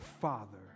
Father